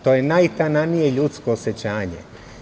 To je najtananije ljudsko osećanje.